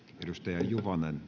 arvoisa